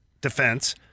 defense